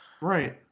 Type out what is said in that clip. Right